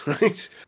Right